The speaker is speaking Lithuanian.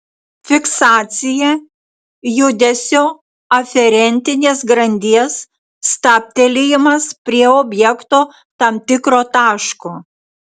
fiksacija judesio aferentinės grandies stabtelėjimas prie objekto tam tikro taško